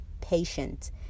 patient